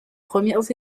premières